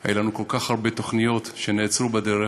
היו לנו כל כך הרבה תוכניות שנעצרו בדרך,